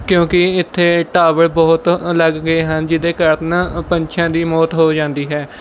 ਕਿਉਂਕੀ ਇੱਥੇ ਟਾਵਰ ਬਹੁਤ ਲੱਗ ਗਏ ਹਨ ਜਿਹਦੇ ਕਾਰਨ ਪੰਛੀਆਂ ਦੀ ਮੌਤ ਹੋ ਜਾਂਦੀ ਹੈ